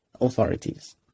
authorities